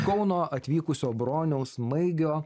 kauno atvykusio broniaus maigio